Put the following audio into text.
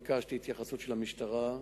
ביקשתי התייחסות של המשטרה.